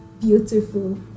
beautiful